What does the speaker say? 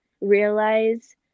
realize